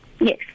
Yes